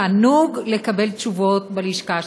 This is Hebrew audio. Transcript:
תענוג לקבל תשובות בלשכה שלך.